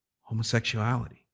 homosexuality